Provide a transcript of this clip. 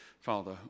Father